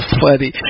funny